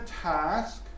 task